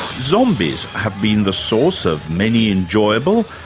zombies have been the source of many enjoyable,